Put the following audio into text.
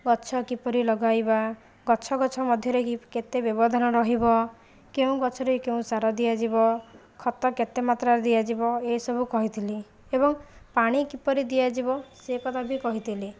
ଗଛ କିପରି ଲଗାଇବା ଗଛ ଗଛ ମଧ୍ୟରେ କେତେ ବ୍ୟବଧାନ ରହିବ କେଉଁ ଗଛରେ କେଉଁ ସାର ଦିଆଯିବ ଖତ କେତେ ମାତ୍ରାରେ ଦିଆଯିବ ଏସବୁ କହିଥିଲି ଏବଂ ପାଣି କିପରି ଦିଆଯିବ ସେ କଥା ବି କହିଥିଲି